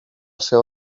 seu